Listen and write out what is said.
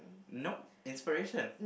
nope inspiration